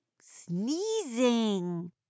sneezing